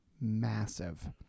massive